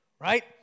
right